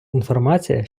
інформація